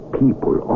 people